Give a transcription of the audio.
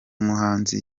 muhanzi